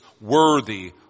worthy